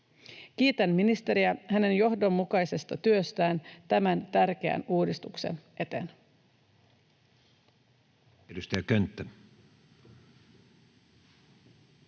Kiitän ministeriä hänen johdonmukaisesta työstään tämän tärkeän uudistuksen eteen.